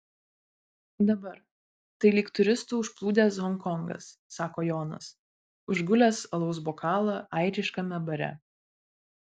dabar tai lyg turistų užplūdęs honkongas sako jonas užgulęs alaus bokalą airiškame bare